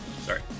Sorry